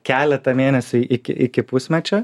keletą mėnesių iki iki pusmečio